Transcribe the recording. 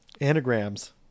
Anagrams